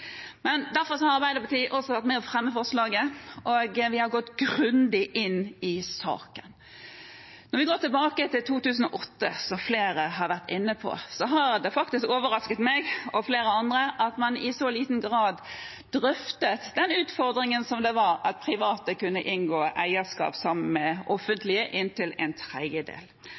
Men derfor har Arbeiderpartiet også vært med på å fremme forslaget, og vi har gått grundig inn i saken. Når vi går tilbake til 2008, som flere har vært inne på, har det faktisk overrasket meg – og flere andre – at man i så liten grad drøftet den utfordringen som det var at private kunne inngå eierskap sammen med offentlige, inntil en tredjedel.